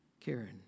Karen